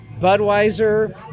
budweiser